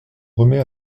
remet